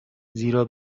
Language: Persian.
زیرا